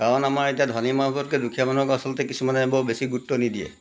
কাৰণ আমাৰ এতিয়া ধনী মানুহতকৈ দুখীয়া মানুহক আচলতে কিছুমানে বৰ বেছি গুৰুত্ব নিদিয়ে